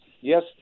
Yes